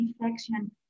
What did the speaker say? infection